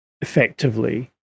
effectively